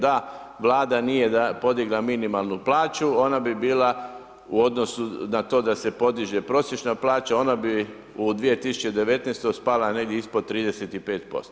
Da Vlada nije podigla minimalnu plaću ona bi bila u odnosu na to da se podiže prosječna plaća, ona bi u 2019. spala negdje ispod 35%